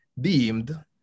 deemed